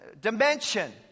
dimension